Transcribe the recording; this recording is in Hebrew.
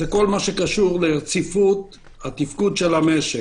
כל מה שקשור לרציפות התפקוד של המשק.